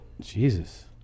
Jesus